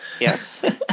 Yes